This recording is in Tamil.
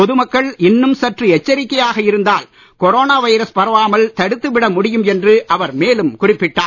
பொது மக்கள் இன்னும் சற்று எச்சரிக்கையாக இருந்தால் கொரோனா வைரஸ் பரவாமல் தடுத்துவிட முடியும் என்று அவர் மேலும் குறிப்பிட்டார்